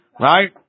Right